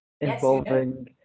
involving